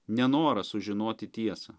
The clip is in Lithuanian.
nenoras sužinoti tiesą